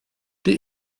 die